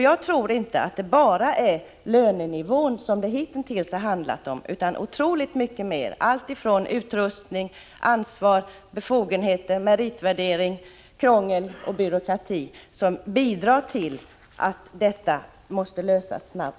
Jag tror inte att det bara är lönenivån, som det hittills har handlat om, utan otroligt mycket mer, alltifrån utrustning, ansvar, befogenheter, meritvärdering, krångel och byråkrati, som bidrar till detta problem, och det måste lösas snabbt.